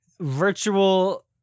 virtual